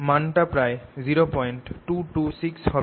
মানটা প্রায় 0226 হবে